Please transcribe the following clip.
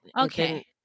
Okay